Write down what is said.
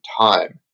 time